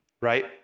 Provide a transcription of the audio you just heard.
right